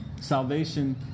Salvation